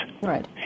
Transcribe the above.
Right